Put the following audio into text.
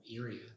area